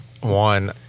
One